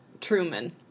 Truman